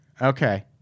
Okay